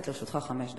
לרשותך חמש דקות.